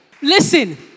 listen